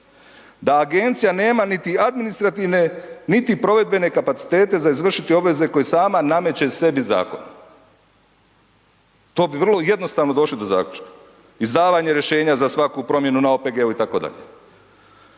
Da agencija nema niti administrativne, niti provedbene kapacitete za izvršiti obveze koje sama nameće sebi zakonom. To bi vrlo jednostavno došli do zaključka, izdavanje rješenja za svaku promjenu na OPG-u itd.